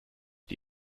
die